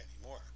anymore